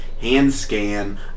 hand-scan